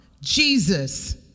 Jesus